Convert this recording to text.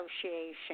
Association